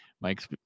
Mike's